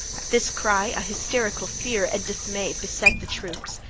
at this cry a hysterical fear and dismay beset the troops.